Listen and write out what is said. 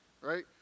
Right